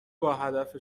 باهدف